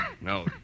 No